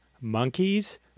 Monkeys